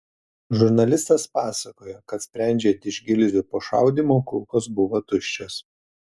žurnalistas pasakojo kad sprendžiant iš gilzių po šaudymo kulkos buvo tuščios